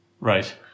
Right